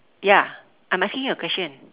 ya I'm asking you a question